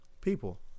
People